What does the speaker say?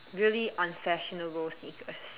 really unfashionable sneakers